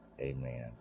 Amen